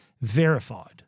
verified